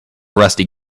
rusty